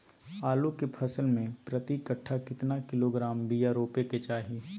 आलू के फसल में प्रति कट्ठा कितना किलोग्राम बिया रोपे के चाहि?